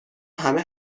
همه